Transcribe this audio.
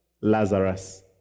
Lazarus